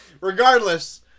Regardless